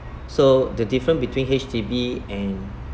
so the difference between H_D_B and